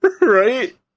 Right